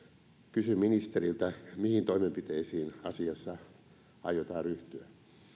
kysyn ministeriltä mihin toimenpiteisiin asiassa aiotaan ryhtyä